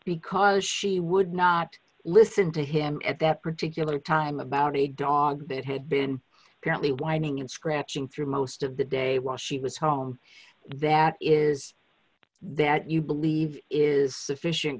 because she would not listen to him at that particular time about a dog that had been terribly whining and scratching through most of the day while she was home that is that you believe is sufficient